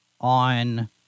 on